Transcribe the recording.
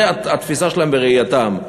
זה התפיסה שלהם וראייתם.